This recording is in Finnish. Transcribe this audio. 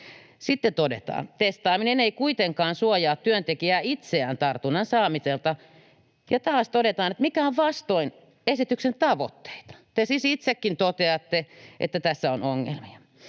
Sitten todetaan, että testaaminen ei kuitenkaan suojaa työntekijää itseään tartunnan saamiselta, ja taas todetaan, että se on vastoin esityksen tavoitteita. Te siis itsekin toteatte, että tässä on ongelmia.